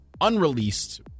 unreleased